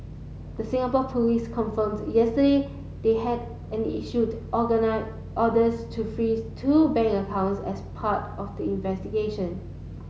the Singapore police confirmed yesterday they had and issued orders to freeze two bank accounts as part of the investigation